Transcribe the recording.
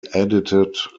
edited